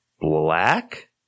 black